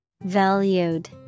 Valued